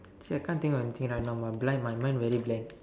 see I can't think of anything right now my blind my mind very blank